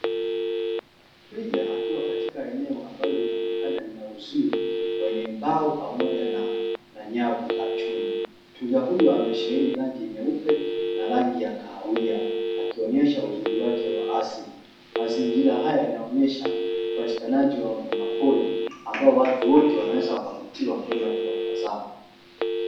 Twiga akiwa katika eneo ambalo linaonekana lina uzio wenye mbao pamoja na nyavu za chuma. Twiga huyo amesheheni rangi nyeupe na rangi ya kahawia, akionyesha uzuri wake wa asili, Mazingira haya yanaonyesha upatikanaji wa wanyama pori, ambayo watu wote wanaweza wakavutiwa kwenda kuyatazama.